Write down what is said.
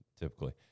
Typically